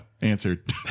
Answered